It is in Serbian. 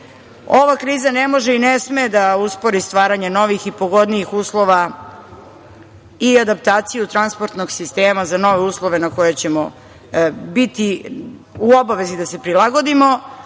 ova kriza ne može i ne sme da uspori stvaranje novih i pogodnijih uslova i adaptaciju transportnog sistema za nove uslove na koje ćemo biti u obavezi da se prilagodimo.